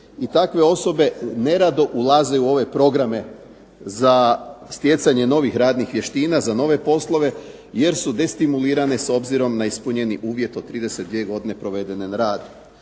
I takve osobe nerado ulaze u ove programe za stjecanje novih radnih vještina, za nove poslove jer su destimulirane s obzirom na ispunjeni uvjet od 32 godine provedene na radu.